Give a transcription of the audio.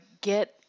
get